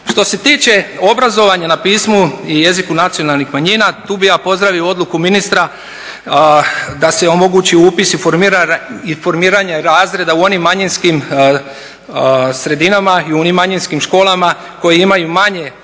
Što se tiče obrazovanja na pismu i jeziku nacionalnih manjina tu bih ja pozdravio odluku ministra da se omogući upis i formiranje razreda u onim manjinskim sredinama i u onim manjinskim školama koje imaju manji broj